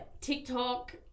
TikTok